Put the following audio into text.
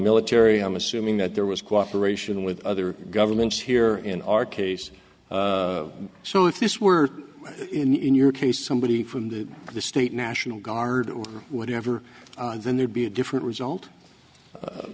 military i'm assuming that there was cooperation with other governments here in our case so if this were in your case somebody from the state national guard or whatever then there'd be a different result